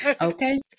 Okay